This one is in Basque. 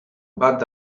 bat